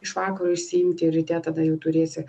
iš vakaro išsiimti ryte tada jau turėsi